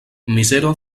mizero